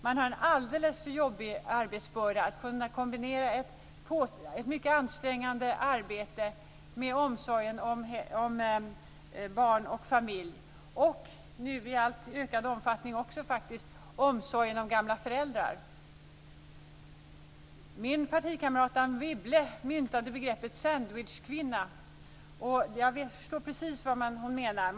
Man har en alldeles för jobbig arbetsbörda för att kunna kombinera ett mycket ansträngande arbete med omsorg om barn och familj - och nu i allt ökande omfattning också faktiskt omsorgen om gamla föräldrar. Min partikamrat Anne Wibble myntade begreppet "sandwichkvinna", och jag förstår precis vad hon menade.